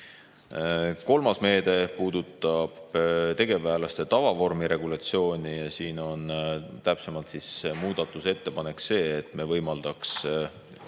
Kolmas meede puudutab tegevväelaste tavavormi regulatsiooni. Siin on täpsemalt muudatusettepanek see, et me võimaldaks